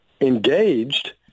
engaged